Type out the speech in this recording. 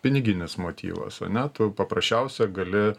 piniginis motyvas ane tu paprasčiausia gali